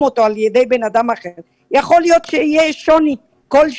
אותו על ידי בן אדם אחר יכול להיות שיהיה שוני כלשהו.